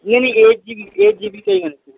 یہ نہیں ایٹ جی بی ایٹ جی بی چاہیے میرے کو